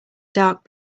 dark